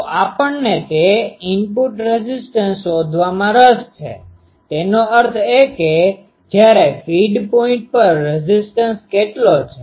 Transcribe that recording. તો આપણને તે ઇનપુટ રેઝીસ્ટન્સ શોધવામાં રસ છે તેનો અર્થ એ કે જ્યારે ફીડ પોઇન્ટ પર રેઝીસ્ટન્સ કેટલો છે